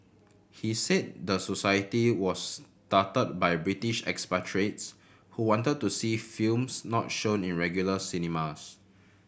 he said the society was started by British expatriates who wanted to see films not shown in regular cinemas